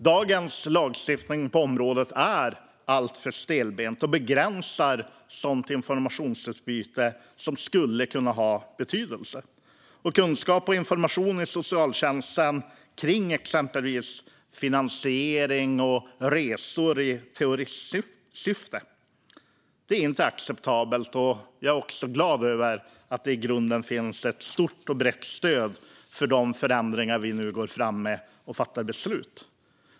Dagens lagstiftning på området är alltför stelbent och begränsar sådant informationsutbyte som skulle kunna ha betydelse. Det kan handla om kunskap och information i socialtjänsten om exempelvis finansiering eller resor i terrorismsyfte. Detta är inte acceptabelt. Jag är glad över att det i grunden finns ett stort och brett stöd för de förändringar som vi nu går fram med och fattar beslut om.